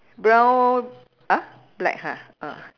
brown !huh! black ha ah